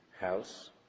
house